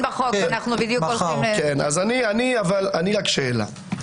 רק שאלה.